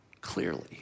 clearly